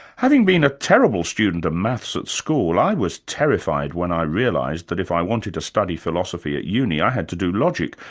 having been a terrible student of maths at school, i was terrified when i realised that if i wanted to study philosophy at uni, i had to do logic,